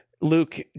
Luke